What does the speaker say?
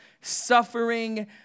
suffering